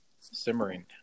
Simmering